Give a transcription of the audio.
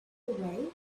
away